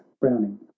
browning